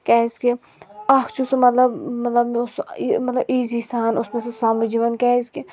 کِیٛازِ کہِ اَکھ چھُ سُہ مَطلَب مَطلَب مےٚ اوس سُہ مطلب ایٖزِی سان اوس مےٚ سُہ سَمٕج یِوان کِیٛازِ کہِ